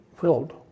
filled